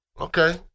Okay